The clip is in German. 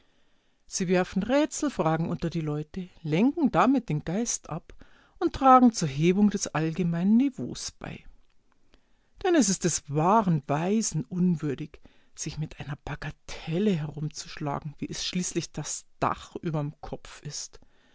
sie werfen rätselfragen unter die leute lenken damit den geist ab und tragen zur hebung des allgemeinen niveaus bei denn es ist des wahren weisen unwürdig sich mit einer bagatelle herumzuschlagen wie es schließlich das dach überm kopf ist